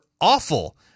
awful